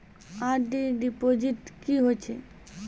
RD deposit की होय छै?